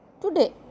Today